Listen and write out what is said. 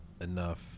enough